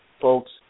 folks